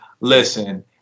Listen